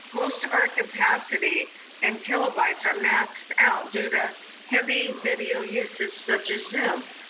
most of our capacity in kilobytes are maxed out due to heavy video usage, such as zoom.